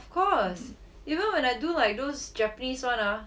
of course you know when I do like those japanese [one] ah